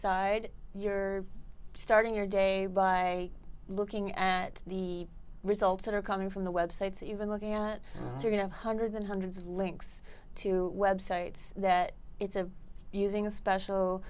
side you're starting your day by looking at the results that are coming from the websites even looking at your you know hundreds and hundreds of links to websites that it's a using a special